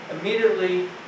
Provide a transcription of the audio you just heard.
immediately